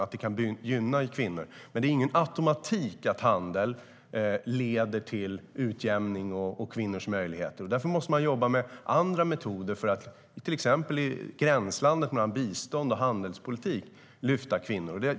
Men handel leder inte per automatik till utjämning och kvinnors möjligheter. Därför måste vi jobba med andra metoder för att till exempel i gränslandet mellan biståndspolitik och handelspolitik lyfta fram kvinnor.